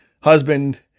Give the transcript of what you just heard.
husband